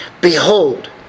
behold